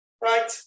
right